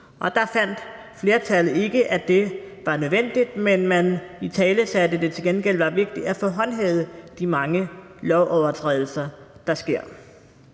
der fandt flertallet ikke, at det var nødvendigt, men man italesatte, at det til gengæld var vigtigt at få håndhævet de mange lovovertrædelser, der sker.